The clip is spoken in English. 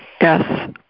Yes